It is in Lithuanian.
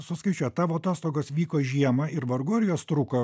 suskaičiuot tavo atostogos vyko žiemą ir vargu ar jos truko